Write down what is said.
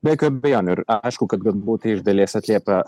be jokių abejonių ir aišku kad galbūt tai iš dalies atliepia